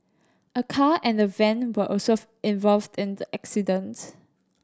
a car and a van were also involved in the accident